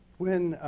when